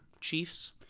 Chiefs